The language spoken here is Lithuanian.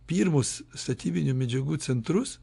pirmus statybinių medžiagų centrus